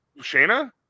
Shayna